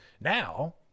Now